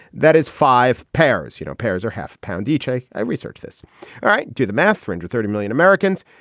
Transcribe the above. that is five pairs you know pairs are half a pound each. i research this all right do the math for under thirty million americans.